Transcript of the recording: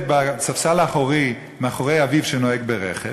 בספסל האחורי מאחורי אביו שנוהג ברכב,